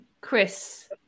chris